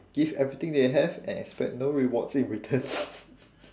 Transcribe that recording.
give everything they have and expect no rewards in return